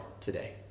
today